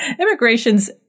Immigration's